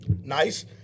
Nice